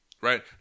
right